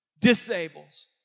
disables